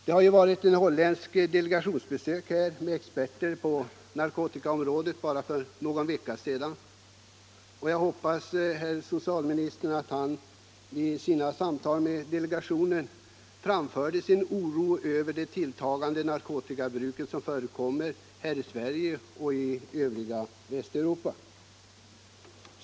Det har ju varit ett holländskt delegationsbesök här med experter på narkotika för bara någon vecka sedan, och jag hoppas att socialministern i sina samtal med delegationen framförde sin oro över det tilltagande narkotikamissbruk som förekommer här i Sverige och i övriga Västeuropa.